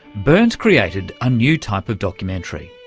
burns created a new type of documentary.